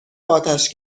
آتش